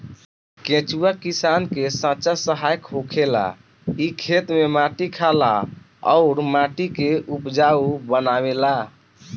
केचुआ किसान के सच्चा सहायक होखेला इ खेत में माटी खाला अउर माटी के उपजाऊ बनावेला